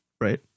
Right